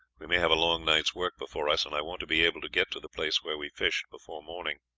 we may have a long night's work before us, and i want to be able to get to the place where we fished before morning.